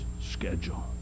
schedule